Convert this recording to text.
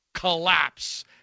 collapse